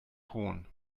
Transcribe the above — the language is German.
hohn